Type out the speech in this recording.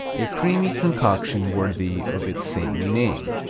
a creamy concoction worthy of its saintly name.